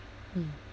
mm